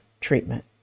treatment